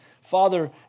father